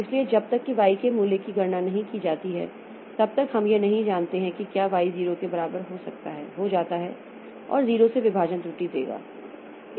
इसलिए जब तक कि y के मूल्य की गणना नहीं की जाती है तब तक हम यह नहीं जानते हैं कि क्या y 0 के बराबर हो जाता है और 0 से विभाजन त्रुटि देगा